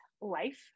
life